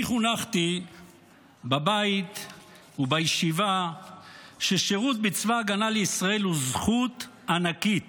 אני חונכתי בבית ובישיבה ששירות בצבא ההגנה לישראל הוא זכות ענקית